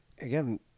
again